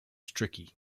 tricky